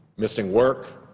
missing work,